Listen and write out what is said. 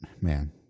man